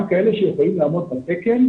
גם כאלה שיכולים לעמוד בתקן,